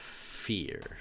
fear